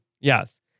Yes